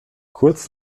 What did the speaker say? kurz